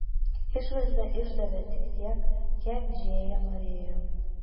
išvaizda išdavė tik tiek kiek džėja norėjo